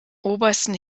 obersten